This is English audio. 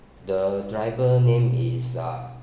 the driver name is uh